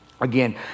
again